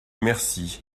merci